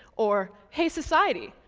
or, hey society,